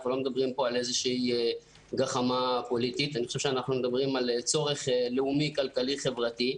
אנחנו לא מדברים על גחמה פוליטית אלא מדברים על צורך לאומי כלכלי חברתי.